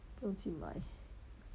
不用去买